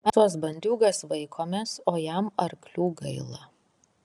mes tuos bandiūgas vaikomės o jam arklių gaila